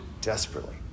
desperately